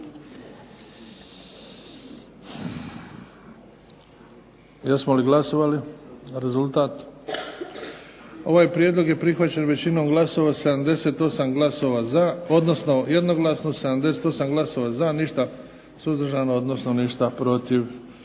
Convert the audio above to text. Jesmo li glasovali? Rezultat? Ovaj prijedlog je prihvaćen većinom glasova 78 glasova za, odnosno jednoglasno 78 glasova za, ništa suzdržano, odnosno ništa protiv.